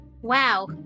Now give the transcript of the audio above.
wow